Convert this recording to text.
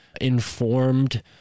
informed